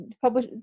publish